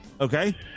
Okay